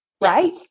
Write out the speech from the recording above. right